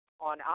on